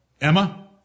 Emma